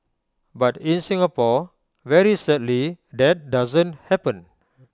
but in Singapore very sadly that doesn't happen